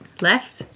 Left